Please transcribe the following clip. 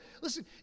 Listen